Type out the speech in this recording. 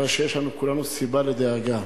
הרי שיש לנו כולנו סיבה לדאגה.